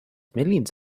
millions